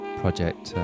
project